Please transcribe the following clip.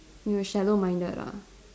you were shallow minded lah